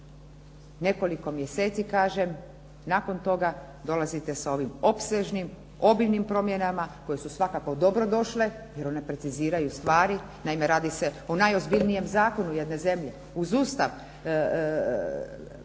nekoliko mjeseci, kažem, nakon toga dolazite sa ovim opsežnim, obimnim promjenama koje su svakako dobrodošle jer one preciziraju stvari. Naime, radi se o najozbiljnijem zakonu jedne zemlje. Uz Ustav, civilni